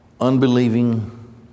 unbelieving